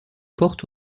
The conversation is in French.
porte